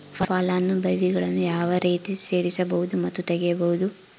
ಫಲಾನುಭವಿಗಳನ್ನು ಯಾವ ರೇತಿ ಸೇರಿಸಬಹುದು ಮತ್ತು ತೆಗೆಯಬಹುದು?